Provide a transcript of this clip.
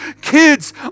Kids